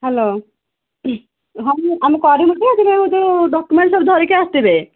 hello ହଁ ମୁଁ ଆମେ କରିମୁ ଯେ କିନ୍ତୁ ହଉ ଯୋଉ ଡକ୍ୟୁମେଣ୍ଟ ସବୁ ଧରିକି ଆସିଥିବେ